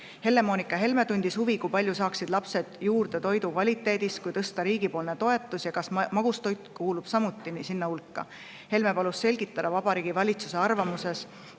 Helle-Moonika Helme tundis huvi, kui palju saaksid lapsed juurde toidu kvaliteedis, kui tõsta riigipoolset toetust, ja kas magustoit kuulub samuti sinna hulka. Ta palus selgitada Vabariigi Valitsuse arvamuses